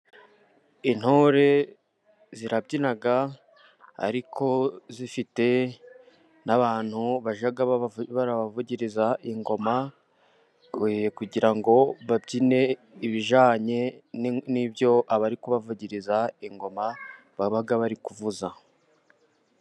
Intore zirabyina, ariko zifite n'abantu bajya barabavugiriza ingoma, kugira ngo babyine ibijyanye n'ibyo abari kubavugiriza ingoma baba bari kuvuza.